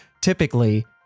typically